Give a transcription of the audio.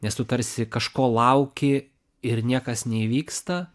nes tu tarsi kažko lauki ir niekas neįvyksta